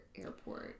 airport